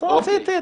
אז רציתי,